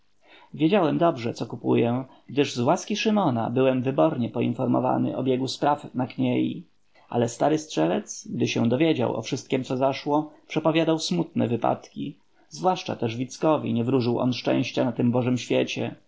wiedziałem dobrze co kupuję gdyż z łaski szymona byłem wybornie poinformowany o biegu spraw w kniei ale stary strzelec gdy się dowiedział o wszystkiem co zaszło przepowiadał smutne wypadki zwłaszcza też wickowi nie wróżył on szczęścia na tym bożym świecie